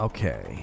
Okay